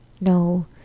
no